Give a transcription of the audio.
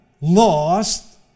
lost